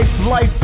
life